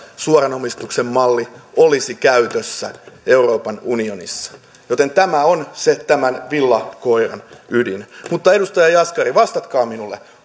suoran omistuksen malli olisi käytössä euroopan unionissa joten tämä on se villakoiran ydin mutta edustaja jaskari vastatkaa minulle